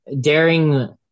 daring